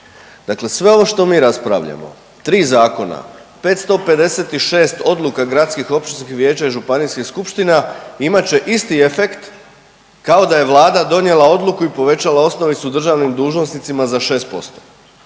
Dakle sve ovo što mi raspravljamo, 3 zakona, 556 odluka gradskih, općinskih vijeća i županijskih skupština imat će isti efekt kao da je Vlada donijela odluku i povećala osnovicu državnim dužnosnicima za 6%.